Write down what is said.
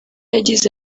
yagize